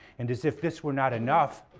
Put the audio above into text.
and, as if this were not enough,